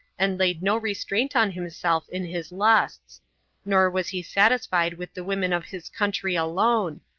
and laid no restraint on himself in his lusts nor was he satisfied with the women of his country alone,